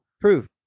proof